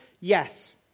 Yes